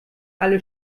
alle